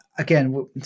Again